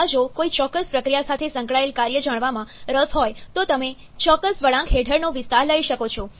અથવા જો કોઈ ચોક્કસ પ્રક્રિયા સાથે સંકળાયેલ કાર્ય જાણવામાં રસ હોય તો તમે ચોક્કસ વળાંક હેઠળનો વિસ્તાર લઈ શકો છો